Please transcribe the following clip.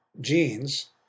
genes